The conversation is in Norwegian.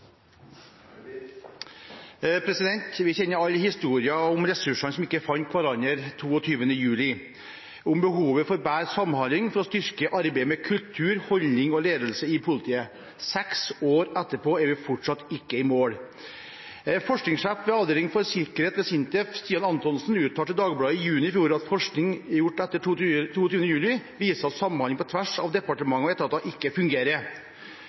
kjenner alle til historien om ressursene som ikke fant hverandre 22. juli, og behovet for bedre samhandling for å styrke arbeidet med kultur, holdning og ledelse i politiet. Seks år etterpå er vi fortsatt ikke i mål. Forskningssjef ved avdeling for sikkerhet ved SINTEF, Stian Antonsen, uttalte til Dagbladet i juni i fjor at forskning gjort etter 22. juli viser at samhandling på tvers av departementer og etater ikke fungerer.